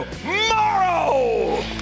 tomorrow